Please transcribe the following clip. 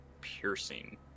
piercing